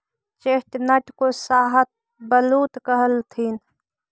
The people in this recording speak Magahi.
चेस्टनट को शाहबलूत कहथीन